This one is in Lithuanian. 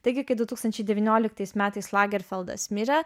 taigi kai du tūkstančiai devynioliktas metais lagerfeldas mirė